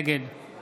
נגד